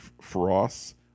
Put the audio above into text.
frost